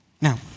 Now